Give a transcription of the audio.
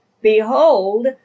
Behold